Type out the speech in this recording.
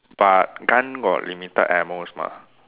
but gun got limited ammos mah